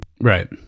right